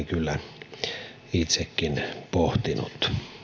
kyllä itsekin pohtinut